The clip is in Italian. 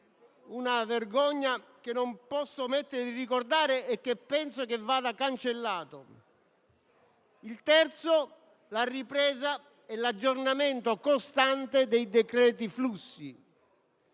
una vergogna che non posso omettere di ricordare e che penso che vada cancellato. Il terzo è la ripresa e l'aggiornamento costante dei decreti flussi.